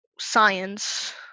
science